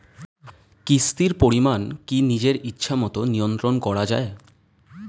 কিস্তির পরিমাণ কি নিজের ইচ্ছামত নিয়ন্ত্রণ করা যায়?